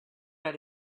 out